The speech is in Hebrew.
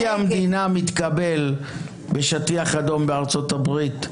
לא סתם נשיא המדינה מתקבל בשטיח אדום בארצות הברית,